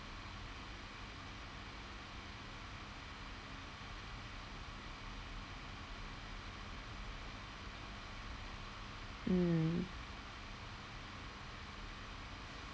mm